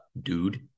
dude